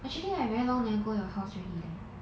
actually I very long never go your house already leh